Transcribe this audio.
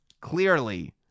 clearly